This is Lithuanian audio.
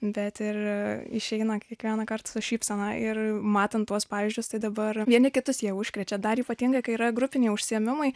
bet ir išeina kiekvienąkart su šypsena ir matant tuos pavyzdžius tai dabar vieni kitus jie užkrečia dar ypatingai kai yra grupiniai užsiėmimai